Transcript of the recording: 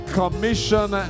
commission